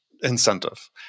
incentive